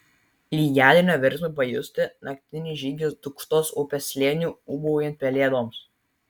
lygiadienio virsmui pajusti naktinis žygis dūkštos upės slėniu ūbaujant pelėdoms